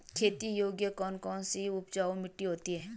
खेती योग्य कौन कौन सी उपजाऊ मिट्टी होती है?